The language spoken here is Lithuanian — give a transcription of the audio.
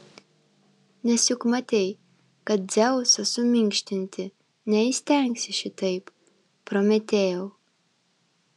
nes juk matei kad dzeuso suminkštinti neįstengsi šitaip prometėjau